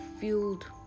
filled